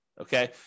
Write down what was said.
Okay